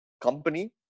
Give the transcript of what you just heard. company